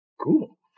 cool